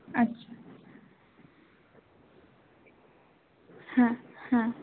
আচ্ছা হ্যাঁ হ্যাঁ